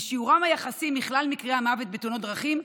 ושיעורם היחסי בכלל מקרי המוות בתאונת דרכים,